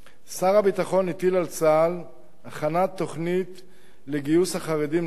שר הביטחון הטיל על צה"ל הכנת תוכנית לגיוס החרדים לצה"ל.